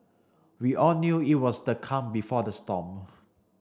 we all knew it was the calm before the storm